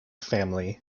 family